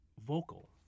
vocal